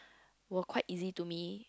were quite easy to me